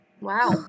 Wow